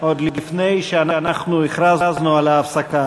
עוד לפני שאנחנו הכרזנו על ההפסקה,